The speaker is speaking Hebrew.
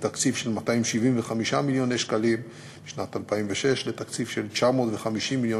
מתקציב של 275 מיליון שקלים בשנת 2006 לתקציב של 950 מיליון